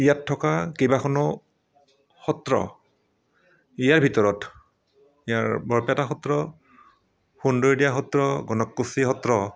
ইয়াত থকা কেইবাখনো সত্ৰ ইয়াৰ ভিতৰত ইয়াৰ বৰপেটা সত্ৰ সুন্দৰীদিয়া সত্ৰ গণককুছি সত্ৰ